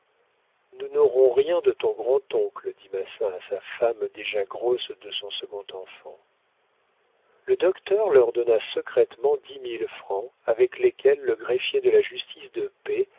nous n'aurons rien de ton grand-oncle dit massin à sa femme déjà grosse de son second enfant le docteur leur donna secrètement dix mille francs avec lesquels le greffier de la justice de paix